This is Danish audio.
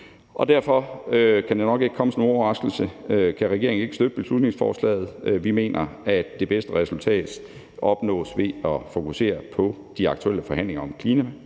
Derfor kan det nok ikke komme som nogen overraskelse, at regeringen ikke kan støtte beslutningsforslaget. Vi mener, at det bedste resultat opnås ved at fokusere på de aktuelle forhandlinger om klimaplaner